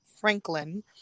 Franklin